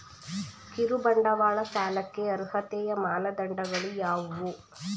ಕಿರುಬಂಡವಾಳ ಸಾಲಕ್ಕೆ ಅರ್ಹತೆಯ ಮಾನದಂಡಗಳು ಯಾವುವು?